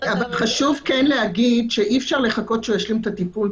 חשוב להגיד שאי-אפשר לחכות שהוא ישלים את הטיפול,